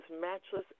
matchless